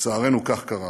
לצערנו, כך קרה.